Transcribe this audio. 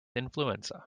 influenza